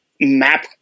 map